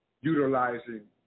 utilizing